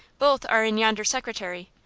both are in yonder secretary.